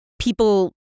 people